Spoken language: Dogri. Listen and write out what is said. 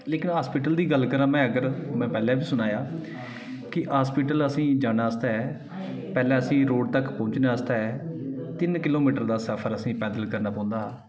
लेकिन हॉस्पिटल दी गल्ल करांऽ में अगर में पैह्लें बी सनाया कि हॉस्पिटल असें ई जाने आस्तै पैह्लें असें ई रोड तक्क पुज्जने आस्तै तिन्न किलोमीटर दा सफर असें ई पैद्दल करना पौंदा हा